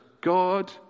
God